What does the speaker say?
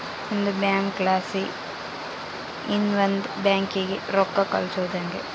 ಒಂದು ಬ್ಯಾಂಕ್ಲಾಸಿ ಇನವಂದ್ ಬ್ಯಾಂಕಿಗೆ ರೊಕ್ಕ ಕಳ್ಸೋದು ಯಂಗೆ